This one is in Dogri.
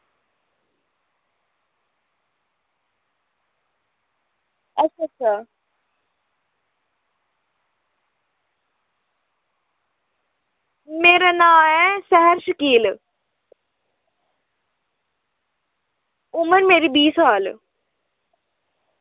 अच्छा अच्छा मेरा नांऽ ऐ शैह्र शकील उमर मेरी बीह् साल